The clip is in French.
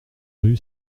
rue